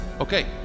Okay